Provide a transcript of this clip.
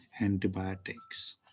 antibiotics